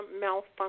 malfunction